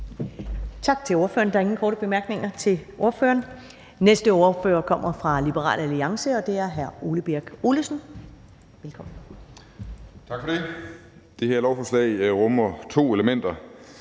Tak til ordføreren. Der er ingen korte bemærkninger til ordføreren. Næste ordfører kommer fra Liberal Alliance, og det er hr. Ole Birk Olesen. Velkommen. Kl. 13:58 (Ordfører) Ole Birk